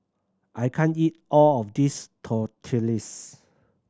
I can't eat all of this Tortillas